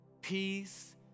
peace